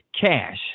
cash